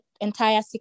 entire